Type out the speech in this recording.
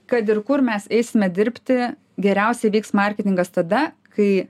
kad ir kur mes eisime dirbti geriausiai vyks marketingas tada kai